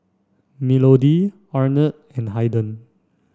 Melodee Arnett and Haiden